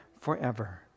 forever